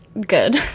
good